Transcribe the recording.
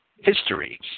history